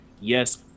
yes